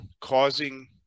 causing